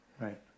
right